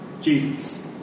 Jesus